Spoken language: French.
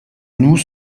nous